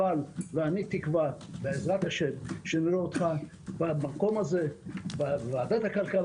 אני תקווה בעז"ה שנראה אותך במקום הזה בוועדת הכלכלה